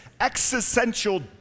existential